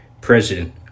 president